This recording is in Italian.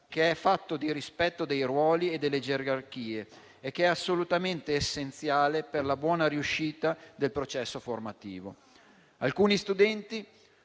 che è fatto di rispetto dei ruoli e delle gerarchie e che è assolutamente essenziale per la buona riuscita del processo formativo. Alcuni studenti